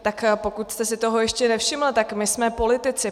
Tak pokud jste si toho ještě nevšiml, tak my jsme politici.